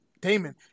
Damon